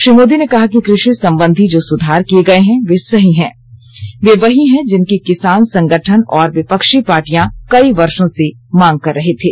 श्री मोदी ने कहा कि कृषि संबंधी जो सुधार किए गए हैं वे वही हैं जिनकी किसान संगठन और विपक्षी पार्टियां कई वर्षों से मांग कर रहे थे